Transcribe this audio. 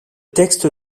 texte